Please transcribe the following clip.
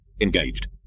engaged